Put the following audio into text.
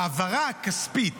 העברה כספית